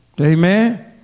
Amen